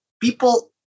people